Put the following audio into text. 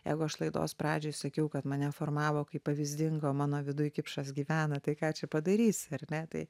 jeigu aš laidos pradžioj sakiau kad mane formavo kaip pavyzdingą o mano viduj kipšas gyvena tai ką čia padarysi ar ne tai